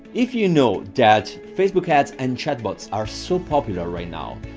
if you know that facebook ads and chat bots are so popular right now,